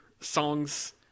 songs